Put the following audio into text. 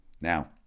Now